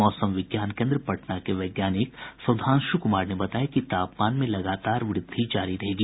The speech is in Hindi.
मौसम विज्ञान केन्द्र पटना के वैज्ञानिक सुधांशु कुमार ने बताया कि तापमान में लगातार वृद्धि जारी रहेगी